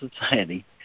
Society